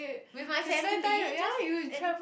with my family just any